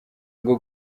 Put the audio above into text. rwo